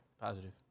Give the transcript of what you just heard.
Positive